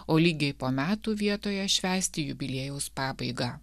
o lygiai po metų vietoje švęsti jubiliejaus pabaigą